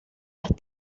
las